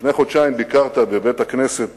לפני חודשיים ביקרת בבית-הכנסת